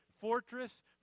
fortress